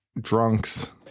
drunks